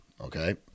okay